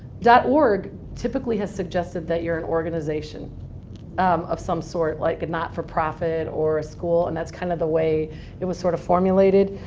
org typically has suggested that you're an organization um of some sort, like a not-for-profit or a school. and that's kind of the way it was sort of formulated.